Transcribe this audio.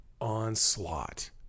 onslaught